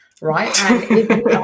right